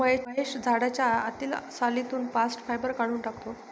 महेश झाडाच्या आतील सालीतून बास्ट फायबर काढून टाकतो